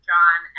John